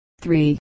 three